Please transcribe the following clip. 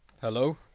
Hello